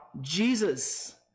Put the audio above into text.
Jesus